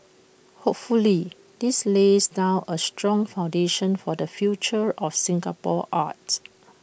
hopefully this lays down A strong foundation for the future of Singapore art